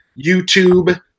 YouTube